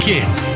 Kids